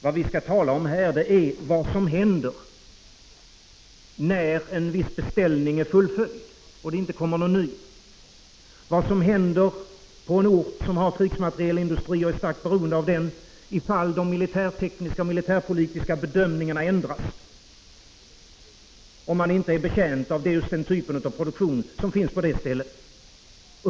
Vad vi skall tala om här är vad som händer när en viss beställning är fullföljd och det inte kommer någon ny, vad som händer på en ort som har en krigsmaterielindustri och är starkt beroende av den, ifall de militärtekniska och militärpolitiska bedömningarna ändras och man inte är betjänt av just den typen av produktion som finns på det stället.